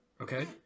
Okay